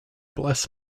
bless